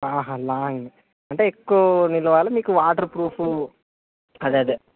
long అంటే ఎక్కువ నిలవాలి మీకు వాటర్ ప్రూఫ్ అదదే